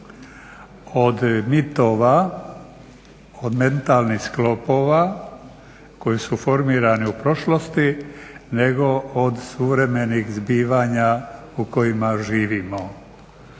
od mitova, od mentalnih sklopova koji su formirani u prošlosti nego od suvremenih zbivanja u kojima živimo.